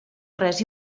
res